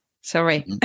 Sorry